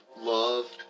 love